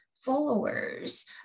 followers